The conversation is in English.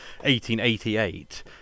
1888